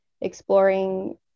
exploring